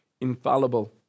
infallible